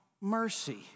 mercy